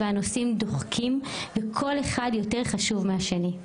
הנושאים דוחקים וכל אחד יותר חשוב מהשני,